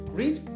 read